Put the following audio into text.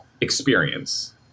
experience